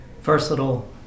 versatile